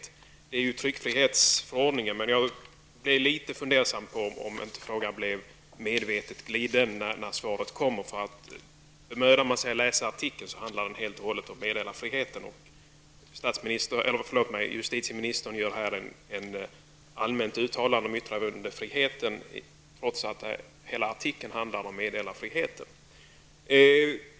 Den faller under tryckfrihetsförordningen. Men när svaret kom blev jag litet fundersam över om inte frågan medvetet fått glida över på detta område. Bemödar man sig om att läsa artikeln ser man att den helt och hållet handlar om meddelarfriheten. Justitieministern gör här ett allmänt uttalande om yttrandefriheten, trots att hela artikeln handlade om meddelarfriheten.